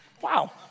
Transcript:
Wow